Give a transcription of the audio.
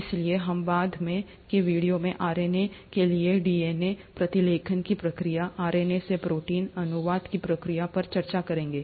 इसलिए हम बाद के वीडियो में आरएनए के लिए डीएनए प्रतिलेखन की प्रक्रिया आरएनए से प्रोटीन अनुवाद की प्रक्रिया पर चर्चा करेंगे